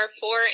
four